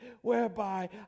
whereby